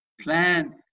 plan